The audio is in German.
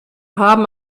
haben